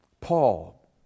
Paul